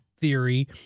theory